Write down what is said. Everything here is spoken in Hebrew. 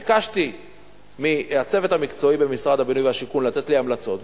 ביקשתי מהצוות המקצועי במשרד הבינוי והשיכון לתת לי המלצות,